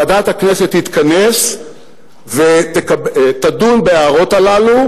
ועדת הכנסת תתכנס ותדון בהערות הללו,